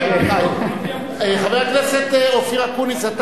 חבר הכנסת אופיר אקוניס,